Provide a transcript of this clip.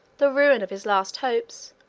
the ruin of his last hopes,